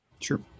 Sure